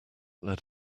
led